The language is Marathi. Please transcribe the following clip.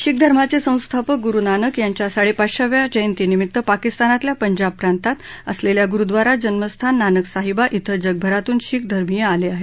शीख धर्माचे संस्थापक गुरू नानक यांच्या साडेपाचशेव्या जयंतीनिमित्त पाकिस्तानातल्या पंजाब प्रांतात असलेल्या गुरुद्वारा जन्मस्थान नानकसाहिबा धिं जगभरातून शीख धर्मीय आले आहेत